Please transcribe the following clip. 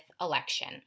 election